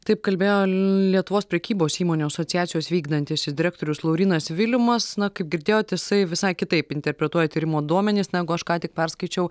taip kalbėjo lietuvos prekybos įmonių asociacijos vykdantysis direktorius laurynas vilimas na kaip girdėjot jisai visai kitaip interpretuoja tyrimo duomenis negu aš ką tik perskaičiau